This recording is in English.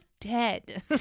dead